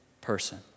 person